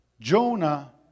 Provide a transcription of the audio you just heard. Jonah